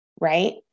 right